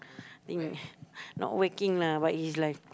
think not working lah but it's like